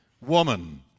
woman